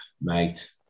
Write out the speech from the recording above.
mate